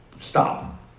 Stop